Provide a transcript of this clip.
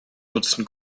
nutzen